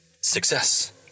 success